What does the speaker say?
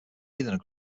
heavier